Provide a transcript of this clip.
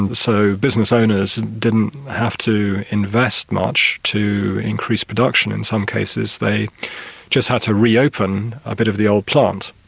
and so business owners didn't have to invest much to increase production. in some cases they just had to reopen a bit of the plant.